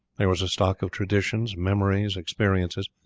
there was a stock of traditions, memories, experiences,